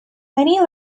many